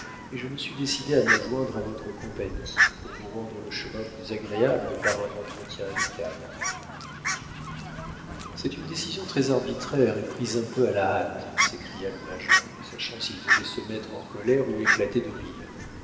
et je me suis décidé à me joindre à votre compagnie pour vous rendre le chemin plus agréable par un entretien amical cest une décision très arbitraire et prise un peu à la hâte s'écria le major ne sachant s'il devait se mettre en colère ou éclater de rire